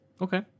Okay